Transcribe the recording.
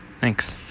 Thanks